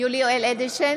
יולי יואל אדלשטיין,